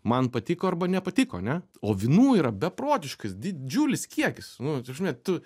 man patiko arba nepatiko ane o vynų yra beprotiškas didžiulis kiekis nu ta prasme tu